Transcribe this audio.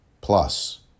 Plus